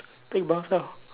take bus lah